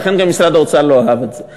לכן גם משרד האוצר לא אהב את זה.